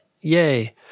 Yay